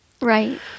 Right